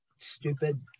stupid